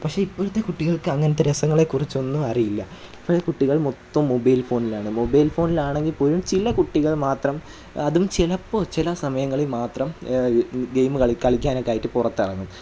പക്ഷേ ഇപ്പോഴത്തെ കുട്ടികൾക്കങ്ങനത്തെ രസങ്ങളേക്കുറിച്ചൊന്നും അറിയില്ല ഇപ്പോഴത്തെ കുട്ടികൾ മൊത്തം മൊബൈൽ ഫോണിലാണ് മൊബൈൽ ഫോണിലാണെങ്കിൽപ്പോലും ചില കുട്ടികൾ മാത്രം അതും ചിലപ്പോൾ ചില സമയങ്ങളിൽ മാത്രം ഗെയിം കളിക്കുക കളിക്കാനൊക്കെ ആയിട്ട് പുറത്തിറങ്ങും